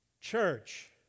Church